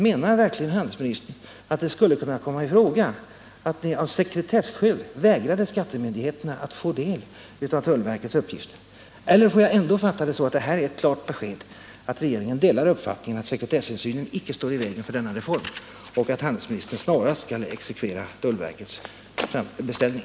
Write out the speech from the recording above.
Menar verkligen handelsministern att det skulle kunna komma i fråga att ni av sekretesskäl vägrar skattemyndigheterna att få del av tullverkets uppgifter? Eller får jag ändå fatta det så att detta är ett klart besked, att regeringen delar uppfattningen att sekretesshänsynen icke står i vägen för denna reform och att handelsministern snarast kommer att exekvera tullverkets beställning?